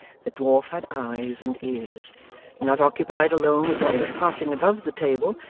the dwarf had eyes and ears not occupied alone with what was passing above the table,